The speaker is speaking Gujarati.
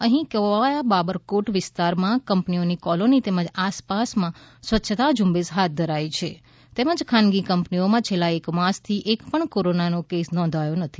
અહીં કોવાયા બાબરકોટ વિસ્તારમાં કંપનીઓની કોલોની તેમજ આસપાસમાં સ્વચ્છતા ઝ઼ંબેશ હાથ ધરાઇ છે તેમજ ખાનગી કંપનીઓમાં છેલ્લા એક માસથી એક પણ કોરોનાનો કેસ નોંધાયો નથી